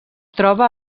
troba